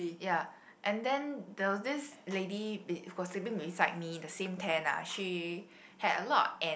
ya and then there was this lady be~ who was sleeping beside me the same tent ah she had a lot of ant